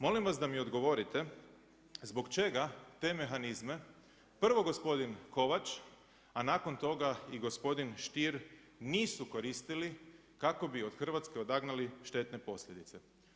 Molim vas da mi odgovorite zbog čega te mehanizme prvo gospodin Kovač, a nakon toga i gospodin Stier nisu koristili kako bi od Hrvatske odagnali štetne posljedice.